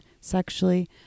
sexually